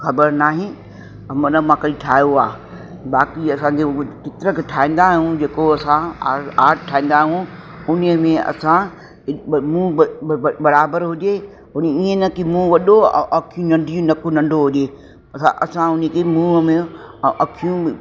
ख़बर न आहे मन मां कॾहिं ठाहियो आहे बाक़ी असांजो चित्र ठाहींदा आहियूं जेको असां आहे आर्ट ठाहींदा आहियूं उन्हीअ में असां मुंहुं बराबरि हुजे ईअं न की मुंहुं वॾो अखियूं नंढी नक नंढो हुजे असां असां उनेजे मुंहुं में अ अखियूं